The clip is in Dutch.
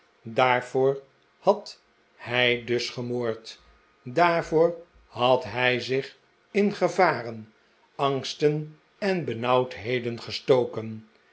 daarvoor had hij dus gemoord daarvoor had hij zich in gevaren angsten en benauwdheden gestokenl